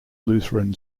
lutheran